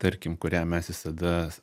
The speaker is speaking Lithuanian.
tarkim kurią mes visada